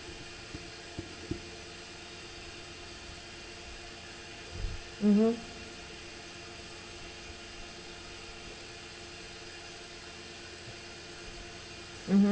mmhmm mmhmm